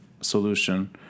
solution